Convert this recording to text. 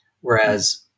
Whereas